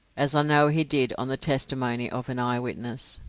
as i know he did on the testimony of an eye-witness.